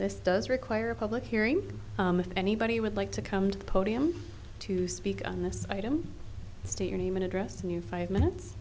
this does require a public hearing if anybody would like to come to the podium to speak on this item state your name and address and you five minutes